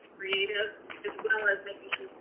creative, as well as making sure